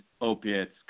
opiates